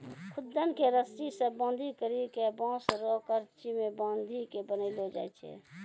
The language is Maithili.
खुद्दन के रस्सी से बांधी करी के बांस रो करची मे बांधी के बनैलो जाय छै